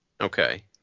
Okay